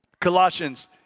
Colossians